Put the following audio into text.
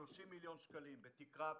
30 מיליון שקלים: בתקרה אקוסטית,